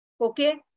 Okay